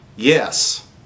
yes